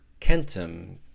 kentum